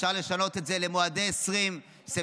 אפשר לשנות את זה למועדי 2020,